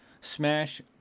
Smash